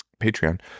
Patreon